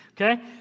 okay